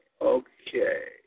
okay